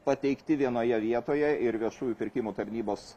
pateikti vienoje vietoje ir viešųjų pirkimų tarnybos